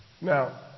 Now